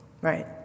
Right